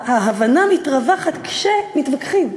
ההבנה מתרווחת כשמתווכחים,